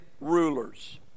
rulers